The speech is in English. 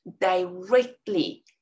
directly